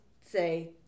say